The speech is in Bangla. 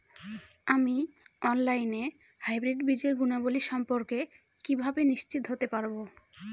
আমি অনলাইনে হাইব্রিড বীজের গুণাবলী সম্পর্কে কিভাবে নিশ্চিত হতে পারব?